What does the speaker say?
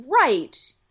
Right